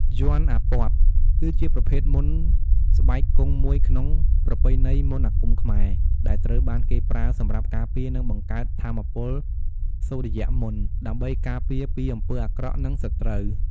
យ័ន្តអាព័ទ្ធ គឺជាប្រភេទមន្តស្បែកគង់មួយក្នុងប្រពៃណីមន្តអាគមខ្មែរ ដែលត្រូវបានគេប្រើសម្រាប់ការពារ និងបង្កើតថាមពលសុរិយមន្ត ដើម្បីការពារពីអំពើអាក្រក់ និងសត្រូវ។